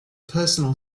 personal